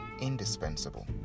indispensable